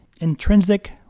intrinsic